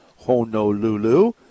Honolulu